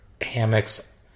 hammocks